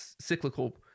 cyclical